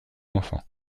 enfants